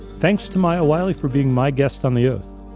thanks to maya wiley for being my guest on the oath.